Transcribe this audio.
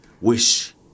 Wish